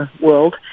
world